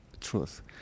truth